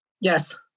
Yes